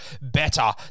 better